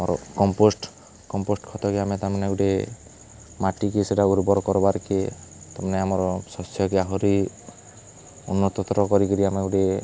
ଆମର compost compost ଖତକେ ଆମେ ତା'ର୍ମାନେ ଗୁଟେ ମାଟିକେ ସେଟା ଉର୍ବର୍ କର୍ବାର୍କେ ତା'ର୍ମାନେ ଆମର୍ ଶସ୍ୟ ଆହୁରି ଉନ୍ନତତର କରିକିରି ଆମେ ଗୁଟେ